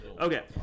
Okay